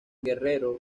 guerrero